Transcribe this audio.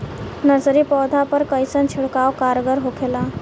Nursery पौधा पर कइसन छिड़काव कारगर होखेला?